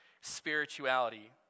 spirituality